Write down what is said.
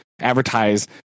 advertise